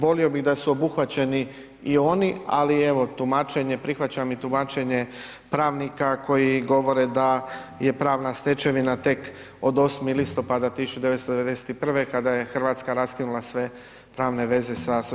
Volio bih da su obuhvaćeni i oni, ali evo tumačenje, prihvaćam i tumačenje pravnika koji govore da je pravna stečevina tek od 8. listopada 1991. kada je Hrvatska raskinula sve pravne veze sa SFRJ.